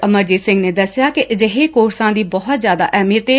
ਅਮਰਜੀਤ ਸਿੰਘ ਨੇ ਦੱਸਿਆ ਕਿ ਅਜਿਹੇ ਕੋਰਸਾਂ ਦੀ ਬਹੁਤ ਜਿਆਦਾ ਅਹਿਮੀਅਤ ਹੈ